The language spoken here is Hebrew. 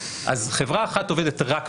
אז חברה אחת עובדת רק בישראל,